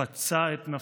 פצע את נפשו.